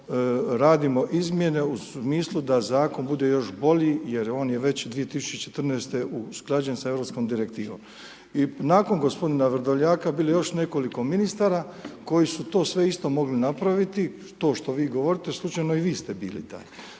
radimo izmjene u smislu da zakon bude još bolji jer on je već 2014. usklađen s europskom direktivom. I nakon gospodina Vrdoljaka bilo je još nekoliko ministara koji su sve to isto mogli napraviti, to što vi govorite, slučajno i vi ste bili taj,